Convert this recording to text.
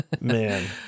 man